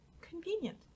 convenient